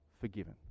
forgiven